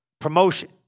promotion